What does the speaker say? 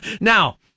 Now